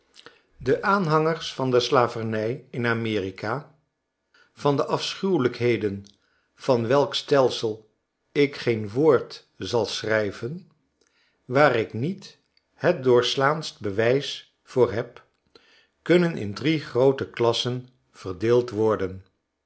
de aanhangers van de slavernij inamerika van de afschuwelijkheden van welk stelsel ik geen woord zal schrijven waarik niet het doorslaandst bewijs voor heb kunnen in drie groote klassen verdeeld worden